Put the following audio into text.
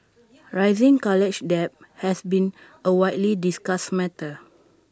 rising college debt has been A widely discussed matter